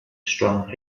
strong